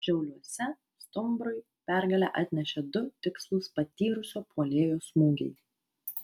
šiauliuose stumbrui pergalę atnešė du tikslūs patyrusio puolėjo smūgiai